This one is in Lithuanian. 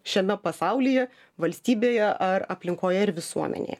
šiame pasaulyje valstybėje ar aplinkoje ir visuomenėje